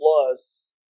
plus